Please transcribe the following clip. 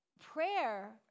prayer